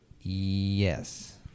Yes